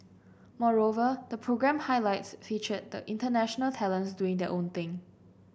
moreover the programme highlights featured the international talents doing their own thing